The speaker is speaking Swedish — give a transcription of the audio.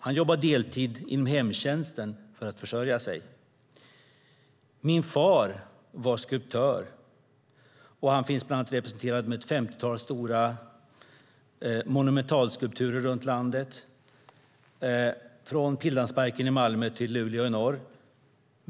Han jobbar deltid inom hemtjänsten för att försörja sig. Min far var skulptör. Han finns bland annat representerad med ett 50-tal stora monumentalskulpturer runt om i vårt land från Pildammsparken i Malmö i söder till Luleå i norr.